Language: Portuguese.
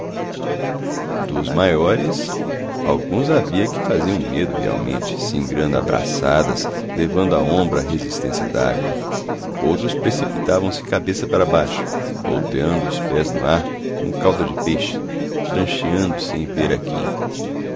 dos maiores alguns havia que faziam medo realmente singrando a braçadas levando a ombro a resistência dágua outros se precipitavam cabeça para baixo volteando os pés no ar como cauda de peixe prancheando sem ver a quem